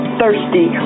thirsty